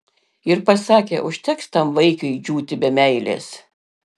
ir pasakė užteks tam vaikiui džiūti be meilės